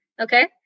okay